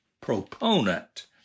proponent